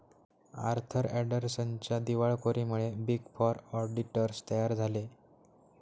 Arthur अँडरसनच्या दिवाळखोरीमुळे big four auditors तयार झाले